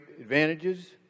advantages